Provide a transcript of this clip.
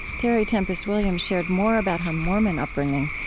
terry tempest williams shared more about her mormon upbringing,